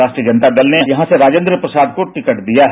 राष्ट्रीय जनता दल ने यहां से राजेंद्र प्रसाद को टिकट दिया है